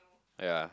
ya